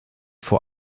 vor